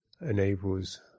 enables